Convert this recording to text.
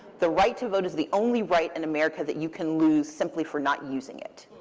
the right to vote is the only right in america that you can lose simply for not using it.